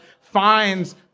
finds